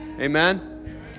amen